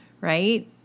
right